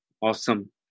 Awesome